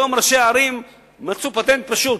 היום ראשי ערים מצאו פטנט פשוט,